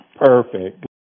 Perfect